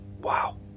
Wow